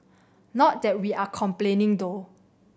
not that we are complaining though